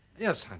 yes i